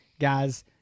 Guys